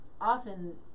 often